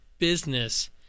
Business